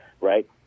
right